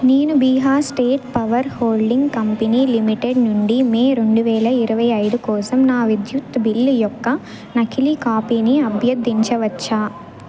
నేను Bihar state power holding company limited నుండి May రెండువేల ఇరవై అయిదు కోసం నా విద్యుత్ బిల్లు యొక్క నకిలీ కాపీని అభ్యర్ధించవచ్చ